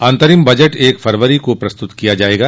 अंतरिम बजट एक फरवरी को प्रस्त्रत किया जाएगा